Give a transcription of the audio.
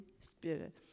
spirit